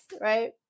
right